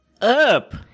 up